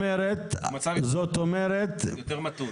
כבר יותר מתון.